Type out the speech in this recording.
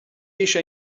eisiau